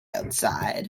outside